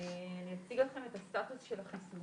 אני אציג לכם את הסטטוס של החיסונים,